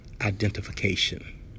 identification